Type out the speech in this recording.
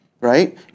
right